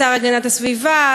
השר להגנת הסביבה,